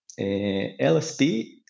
lsp